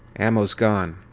ammo's gone.